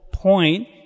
Point